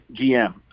GM